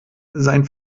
sein